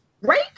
right